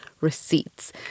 receipts